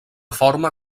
forma